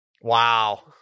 Wow